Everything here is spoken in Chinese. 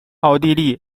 奥地利